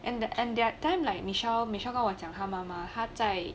and their and their time like michelle michelle 跟我讲他妈妈他在